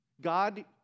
God